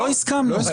לא הסכמנו.